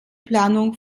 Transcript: planung